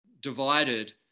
divided